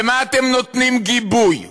למה אתם נותנים גיבוי?